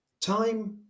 Time